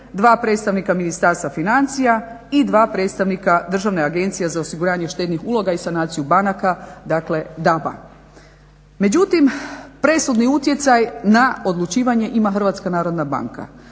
2 predstavnika Ministarstva financija i 2 predstavnika Državne agencije za osiguranje štednih uloga i sanaciju banaka, dakle DAB-a. Međutim presudni utjecaj na odlučivanje ima HNB. Budići da svaki